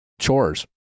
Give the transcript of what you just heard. chores